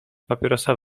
papierosa